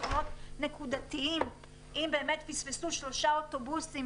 פתרונות נקודתיים ואם באמת פספסו שלושה אוטובוסים,